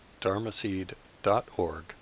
dharmaseed.org